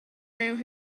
around